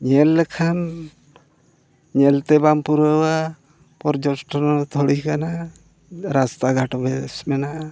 ᱧᱮᱞ ᱞᱮᱠᱷᱟᱱ ᱧᱮᱞ ᱛᱮ ᱵᱟᱢ ᱯᱩᱨᱟᱹᱣᱟ ᱯᱚᱨᱡᱚᱴᱚᱱᱛᱷᱚᱞᱤ ᱠᱟᱱᱟ ᱨᱟᱥᱛᱟ ᱜᱷᱟᱴ ᱵᱮᱥ ᱢᱮᱱᱟᱜᱼᱟ